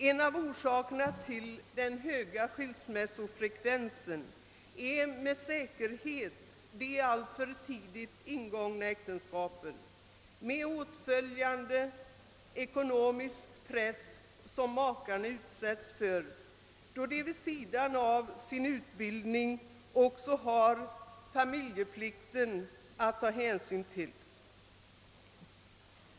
En av orsakerna till vår höga skilsmässofrekvens är med säkerhet de alltför tidigt ingångna äktenskapen, med den ekonomiska press makarna utsättes för genom att vid sidan av sin utbildning också ha plikter mot familjen att ta hänsyn till.